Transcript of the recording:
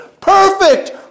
Perfect